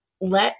let